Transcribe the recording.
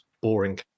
boring